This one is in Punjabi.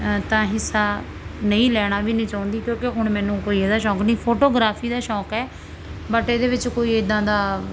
ਤਾਂ ਹਿੱਸਾ ਨਹੀਂ ਲੈਣਾ ਵੀ ਨਹੀਂ ਚਾਹੁੰਦੀ ਕਿਉਂਕਿ ਹੁਣ ਮੈਨੂੰ ਕੋਈ ਇਹਦਾ ਸ਼ੌਕ ਨਹੀਂ ਫੋਟੋਗ੍ਰਾਫੀ ਦਾ ਸ਼ੌਕ ਹੈ ਬਟ ਇਹਦੇ ਵਿੱਚ ਕੋਈ ਇੱਦਾਂ ਦਾ